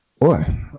Boy